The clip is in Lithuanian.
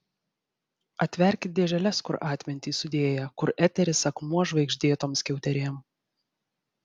atverkit dėželes kur atmintį sudėję kur eteris akmuo žvaigždėtom skiauterėm